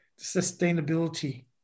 sustainability